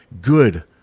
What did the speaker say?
good